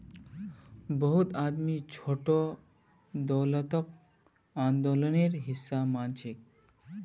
बहुत आदमी छोटो दौलतक आंदोलनेर हिसा मानछेक